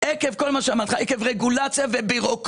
עקב כל מה שאמרתי לך רגולציה וביורוקרטיה,